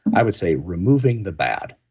i would say removing the bad,